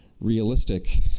realistic